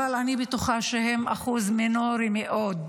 אבל אני בטוחה שהם אחוז מינורי מאוד.